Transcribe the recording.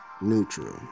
Neutral